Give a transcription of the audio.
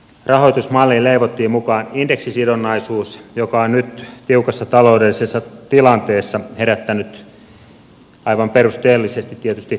rahoitusmalliin leivottiin mukaan indeksisidonnaisuus joka on nyt tiukassa taloudellisessa tilanteessa herättänyt aivan perusteellisesti tietysti keskustelua